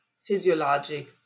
physiologic